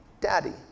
daddy